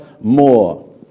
more